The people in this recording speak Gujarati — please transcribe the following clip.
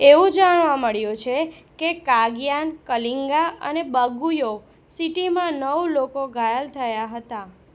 એવું જાણવા મળ્યું છે કે કાગયાન કલિંગા અને બાગુયો સિટીમાં નવ લોકો ઘાયલ થયા હતા